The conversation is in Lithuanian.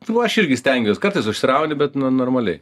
nu aš irgi stengiuos kartais užsirauni bet nu normaliai